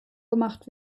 gemacht